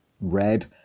Red